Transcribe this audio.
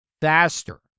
faster